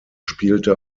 spielte